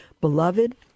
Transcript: Beloved